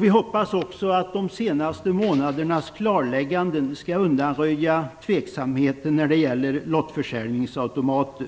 Vi hoppas också att de senaste månadernas klarlägganden skall undanröja tveksamheten när det gäller lottförsäljningsautomater.